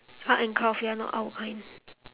art and craft ya not our kind